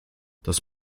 das